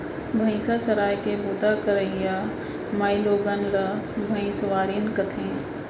भईंसा चराय के बूता करइया माइलोगन ला भइंसवारिन कथें